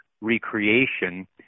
recreation